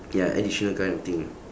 ya additional kind of thing